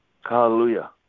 Hallelujah